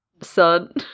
son